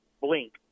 blink